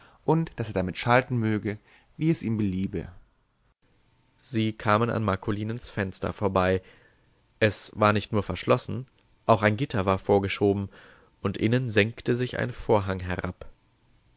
und daß er damit schalten möge wie es ihm beliebe sie kamen an marcolinens fenster vorbei es war nicht nur verschlossen auch ein gitter war vorgeschoben und innen senkte sich ein vorhang herab